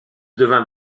devint